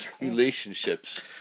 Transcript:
relationships